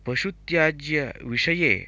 पशुत्याज्यविषये